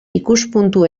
ikuspuntu